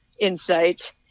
insight